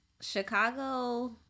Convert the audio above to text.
Chicago